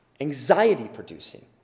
anxiety-producing